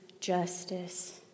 justice